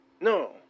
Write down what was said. No